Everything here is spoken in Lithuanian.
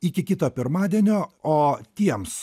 iki kito pirmadienio o tiems